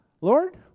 Lord